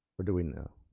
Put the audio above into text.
or do we know?